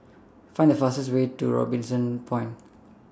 Find The fastest Way to Robinson Point